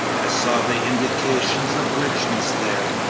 i saw the indications of richness there,